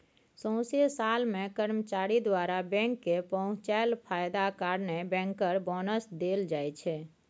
सौंसे साल मे कर्मचारी द्वारा बैंक केँ पहुँचाएल फायदा कारणेँ बैंकर बोनस देल जाइ छै